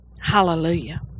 Hallelujah